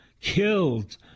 killed